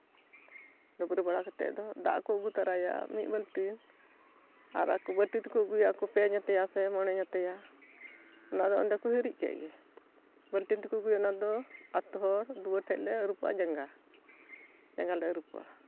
ᱰᱟᱹᱵᱨᱟᱹ ᱵᱟᱲᱟ ᱠᱟᱛᱮ ᱫᱚ ᱫᱟᱜ ᱠᱚ ᱟᱹᱜᱩ ᱛᱚᱨᱟᱭᱟ ᱢᱤᱫ ᱵᱟᱞᱛᱤ ᱟᱨ ᱟᱠᱚ ᱵᱟᱹᱴᱤ ᱛᱚᱠᱚ ᱟᱹᱜᱩᱭᱟ ᱟᱠᱚ ᱯᱮ ᱧᱟᱛᱭᱟ ᱥᱮ ᱢᱚᱬᱮ ᱧᱟᱛᱭᱟ ᱚᱱᱟ ᱫᱚ ᱚᱸᱰᱮ ᱠᱚ ᱦᱤᱨᱤᱡ ᱠᱮᱫ ᱜᱮ ᱵᱟᱞᱛᱤ ᱛᱮᱫᱚᱠᱚ ᱟᱹᱜᱩᱭᱟ ᱚᱱᱟ ᱛᱮᱫᱚ ᱟᱹᱛᱩ ᱦᱚᱲ ᱫᱩᱣᱟᱹᱨ ᱴᱷᱮᱱ ᱞᱮ ᱟᱹᱨᱩᱵᱚᱜᱼᱟ ᱡᱟᱸᱜᱟ ᱡᱟᱸᱜᱟᱞᱮ ᱟᱨᱩᱵᱚᱜᱼᱟ